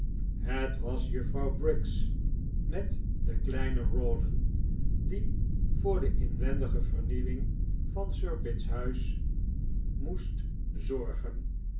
het was juffrouw briggs met den kleinen rawdon die voor de inwendige vernieuwing van sir pitt's huis moest zorgen